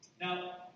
Now